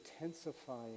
intensifying